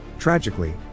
Tragically